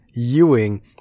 Ewing